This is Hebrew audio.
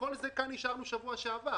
את כל זה אישרנו בשבוע שעבר.